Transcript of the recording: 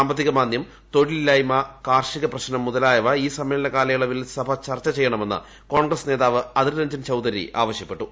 സാമ്പത്തിക മാന്ദ്യം തൊഴിൽ ഇല്ലായ്മ കാർഷിക പ്രശ്നം മുതലായവ ഈ സമ്മേളന കാലയളവിൽ സഭ ചർച്ച ചെയ്യണമെന്ന് കോൺഗ്രസ് നേതാവ് അതിർ രഞ്ചൻ ചൌധരി ആവശ്യപ്പെട്ടു